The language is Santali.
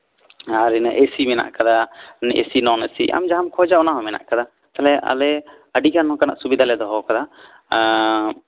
ᱟᱨ ᱮᱥᱤ ᱢᱮᱱᱟᱜ ᱠᱟᱫᱟ ᱮᱥᱤ ᱱᱚᱱ ᱮᱥᱤ ᱟᱢ ᱡᱟᱸᱦᱟᱢ ᱠᱷᱚᱡᱟ ᱚᱱᱟ ᱢᱮᱱᱟᱜ ᱠᱟᱫᱟ ᱛᱟᱦᱚᱞᱮ ᱟᱞᱮ ᱟᱹᱰᱤᱜᱟᱱ ᱚᱱᱠᱟᱱᱟᱜ ᱥᱩᱵᱤᱫᱷᱟᱞᱮ ᱫᱚᱦᱚ ᱠᱟᱫᱟ